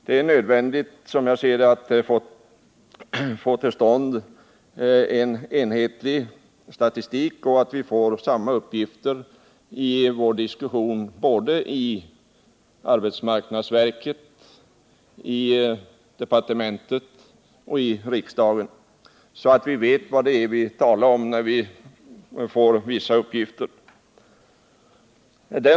Som jag ser det, är det nödvändigt att vi får till stånd en enhetlig statistik och att vi får samma uppgifter för vår diskussion, såväl i arbetsmarknadsverket som i departementet och riksdagen, så att vi vet vad vi talar om när vi får vissa uppgifter.